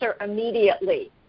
immediately